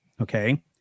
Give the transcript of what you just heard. Okay